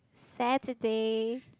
Saturday